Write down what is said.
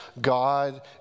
God